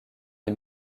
les